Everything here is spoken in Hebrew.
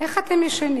איך אתם ישנים?